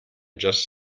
just